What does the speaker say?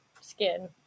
skin